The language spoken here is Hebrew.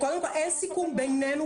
קודם כל אין סיכום בינינו,